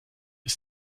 ist